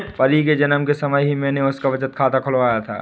परी के जन्म के समय ही मैने उसका बचत खाता खुलवाया था